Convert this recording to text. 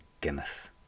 Guinness